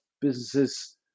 businesses